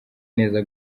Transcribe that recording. neza